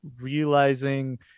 realizing